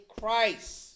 Christ